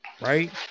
right